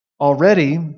already